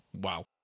Wow